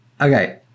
Okay